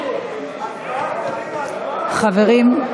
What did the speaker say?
חברים,